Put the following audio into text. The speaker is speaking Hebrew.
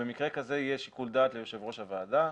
שבמקרה כזה יהיה שיקול דעת ליושב-ראש הוועדה.